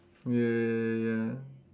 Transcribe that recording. ya ya ya ya ya